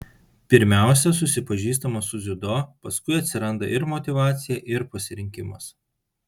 pirmiausia susipažįstama su dziudo paskui atsiranda ir motyvacija ir pasirinkimas